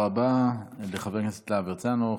תודה רבה לחבר הכנסת להב הרצנו.